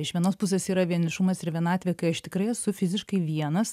iš vienos pusės yra vienišumas ir vienatvė kai aš tikrai esu fiziškai vienas